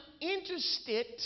interested